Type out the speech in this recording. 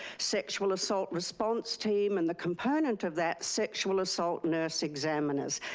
sexual assault response team, and the component of that, sexual assault nurse examiners.